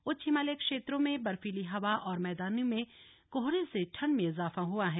उच्च हिमालयी क्षेत्रों में बर्फीली हवा और मैदानों में कोहरे से ठंड में इजाफा हुआ है